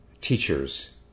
teachers